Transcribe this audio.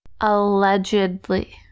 allegedly